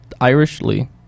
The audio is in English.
Irishly